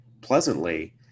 pleasantly